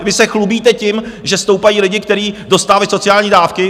Vy se chlubíte tím, že stoupají lidi, kteří dostávají sociální dávky.